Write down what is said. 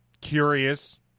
curious